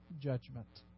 judgment